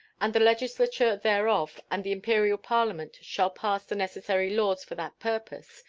and the legislature thereof and the imperial parliament shall pass the necessary laws for that purpose,